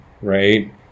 right